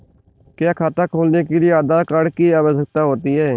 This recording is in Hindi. क्या खाता खोलने के लिए आधार कार्ड की आवश्यकता होती है?